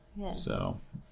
Yes